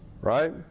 right